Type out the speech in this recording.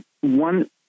One